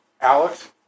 Alex